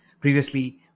Previously